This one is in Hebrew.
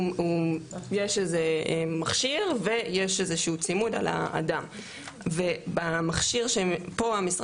הוא יש איזה מכשיר ויש איזשהו צימוד על האדם ובמכשיר שפה המשרד